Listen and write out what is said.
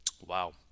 wow